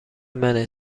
منه